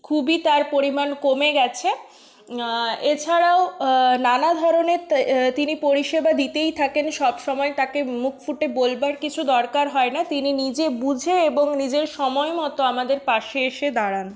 খুবই তার পরিমাণ কমে গেছে এছাড়াও নানা ধরণের তিনি পরিষেবা দিতেই থাকেন সবসময় তাকে মুখ ফুটে বলবার কিছু দরকার হয় না তিনি নিজে বুঝে এবং নিজের সময় মতো আমাদের পাশে এসে দাঁড়ান